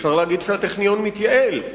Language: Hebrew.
אפשר להגיד שהטכניון מתייעל,